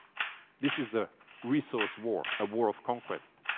this is a resource war, a war of conquest.